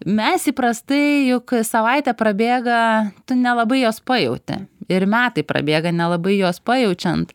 mes įprastai juk savaitė prabėga tu nelabai jos pajauti ir metai prabėga nelabai juos pajaučiant